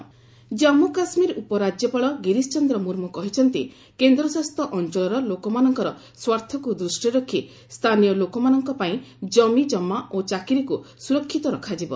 ଜନ୍ମୁ ଜବ୍ସ୍ ଜନ୍ମୁ କାଶ୍ମୀର ଉପରାଜ୍ୟପାଳ ଗିରୀଶ ଚନ୍ଦ୍ର ମୁର୍ମୁ କହିଛନ୍ତି କେନ୍ଦ୍ରଶାସିତ ଅଞ୍ଚଳର ଲୋକମାନଙ୍କର ସ୍ୱାର୍ଥକୁ ଦୃଷ୍ଟିରେ ରଖି ସ୍ଥାନୀୟ ଲୋକମାନଙ୍କ ପାଇଁ ଜମିକମା ଓ ଚାକିରିକୁ ସୁରକ୍ଷିତ ରଖାଯିବ